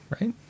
right